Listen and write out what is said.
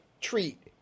treat